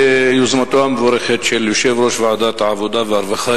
ביוזמתו המבורכת של יושב-ראש ועדת העבודה והרווחה,